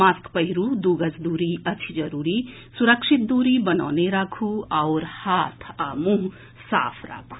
mask पहिरू दू गज दूरी अछि जरूरी सुरक्षित दूरी बनौने राखू आओर हाथ आ मुंह साफ राखू